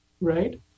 right